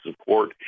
support